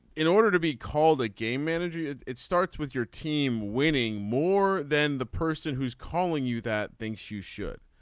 in order to be called a game manager it starts with your team winning more than the person who's calling you that thinks you should.